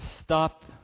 stop